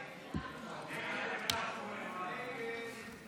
הסתייגות 3 לחלופין לא נתקבלה.